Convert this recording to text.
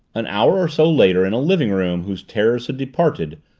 an hour or so later in a living-room whose terrors had departed,